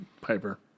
Piper